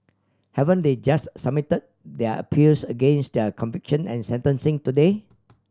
haven't they just submit their appeals against their conviction and sentencing today